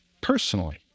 personally